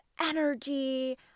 energy